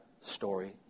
story